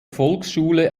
volksschule